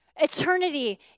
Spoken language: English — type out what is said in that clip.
Eternity